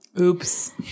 Oops